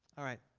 all right.